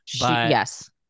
Yes